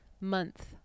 month